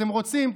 אתם רוצים,